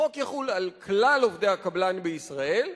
החוק יחול על כלל עובדי הקבלן בישראל,